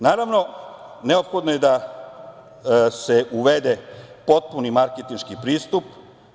Naravno, neophodno je da se uvede potpuni marketinški pristup.